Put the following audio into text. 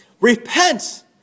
Repent